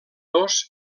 dos